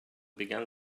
began